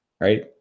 right